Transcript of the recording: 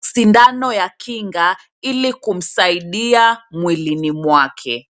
sindano ya kinga ili kumsaidia mwilini mwake.